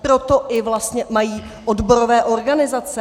Proto i vlastně mají odborové organizace.